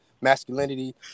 masculinity